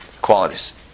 qualities